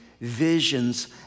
visions